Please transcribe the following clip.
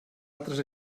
altres